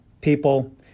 people